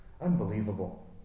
Unbelievable